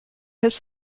his